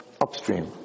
upstream